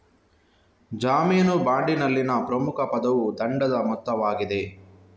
ಜಾಮೀನು ಬಾಂಡಿನಲ್ಲಿನ ಪ್ರಮುಖ ಪದವು ದಂಡದ ಮೊತ್ತವಾಗಿದೆ